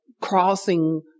crossing